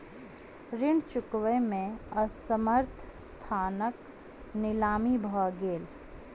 ऋण चुकबै में असमर्थ संस्थानक नीलामी भ गेलै